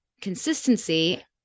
consistency